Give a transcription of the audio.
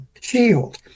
shield